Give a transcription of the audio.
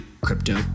crypto